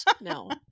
no